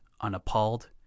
unappalled